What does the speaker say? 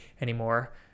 anymore